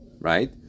right